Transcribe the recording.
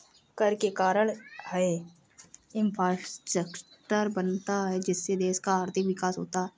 कर के कारण है इंफ्रास्ट्रक्चर बनता है जिससे देश का आर्थिक विकास होता है